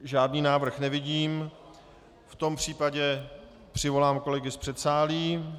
Žádný návrh nevidím, v tom případě přivolám kolegy z předsálí.